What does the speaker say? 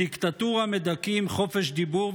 בדיקטטורה מדכאים חופש דיבור,